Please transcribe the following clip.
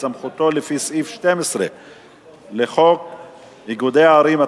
סמכותו לפי סעיף 12 לחוק איגודי ערים,